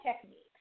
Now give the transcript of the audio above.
techniques